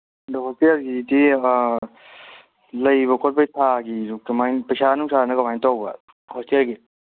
ꯑꯗꯨ ꯍꯣꯁꯇꯦꯜꯒꯤꯗꯤ ꯂꯩꯕꯒꯤ ꯈꯣꯠꯄꯒꯤ ꯊꯥꯒꯤꯁꯨ ꯀꯃꯥꯏꯅ ꯄꯩꯁꯥ ꯅꯨꯡꯁꯥꯅ ꯀꯃꯥꯏꯅ ꯇꯧꯕ ꯍꯣꯁꯇꯦꯜꯒꯤ